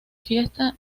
fiesta